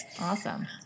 awesome